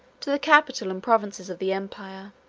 to the capital and provinces of the empire.